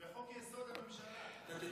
זה בחוק-יסוד: הממשלה.